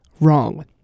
wrong